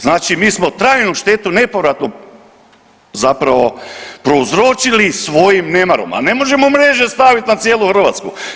Znači mi smo trajnu štetu, nepovratnu zapravo prouzročili svojim nemarom, a ne možemo mreže staviti na cijelu Hrvatsku.